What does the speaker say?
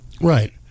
right